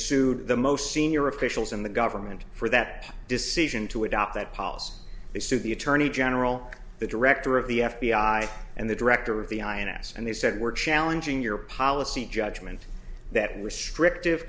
sued the most senior officials in the government for that decision to adopt that policy they sued the attorney general the director of the f b i and the director of the ins and they said we're challenging your policy judgment that restrictive